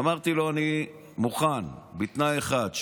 אמרתי לו: אני מוכן בתנאי אחד.